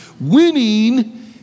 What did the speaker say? Winning